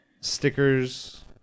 stickers